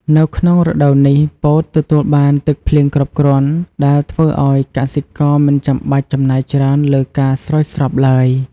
នៅក្នុងរដូវនេះ ពោតទទួលបាន ទឹកភ្លៀងគ្រប់គ្រាន់ ដែលធ្វើឱ្យកសិករមិនចាំបាច់ចំណាយច្រើនលើការស្រោចស្រពឡើយ។